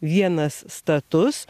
vienas status